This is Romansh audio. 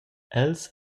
els